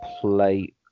play